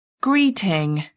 greeting